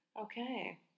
Okay